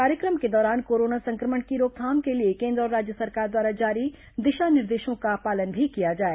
कार्यक्रम के दौरान कोरोना संक्रमण की रोकथाम के लिए केन्द्र और राज्य सरकार द्वारा जारी दिशा निर्देशों का पालन भी किया जाए